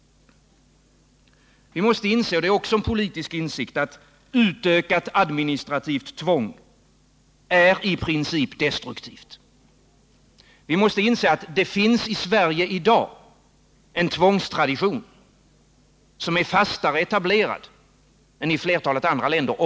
Vi måste inse — det är också en politisk insikt — att ökat administrativt tvång i princip är destruktivt. Vi måste inse att det finns i Sverige i dag en tvångstradition som är fastare etablerad än i flertalet andra länder.